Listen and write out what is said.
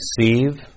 receive